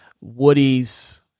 Woody's